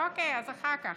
אוקיי, אז אחר כך.